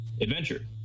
adventure